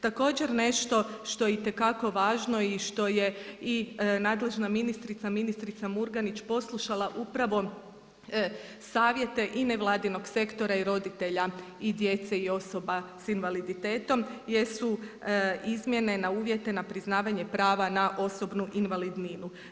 Također nešto što je itekako važno i što je i nadležna ministrica, ministrica Murganić poslušala upravo savjete i nevladinog sektora i roditelja i djece i osoba sa invaliditetom jesu su izmjene na uvjete na priznavanje prava na osobnu invalidninu.